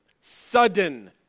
Sudden